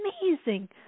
amazing